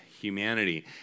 humanity